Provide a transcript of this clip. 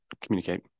communicate